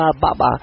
Baba